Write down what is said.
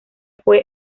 fue